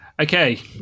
Okay